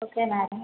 okay madam